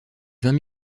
vingt